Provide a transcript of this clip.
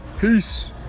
Peace